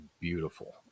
beautiful